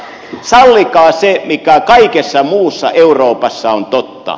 sallikaa se mikä kaikessa muussa euroopassa on totta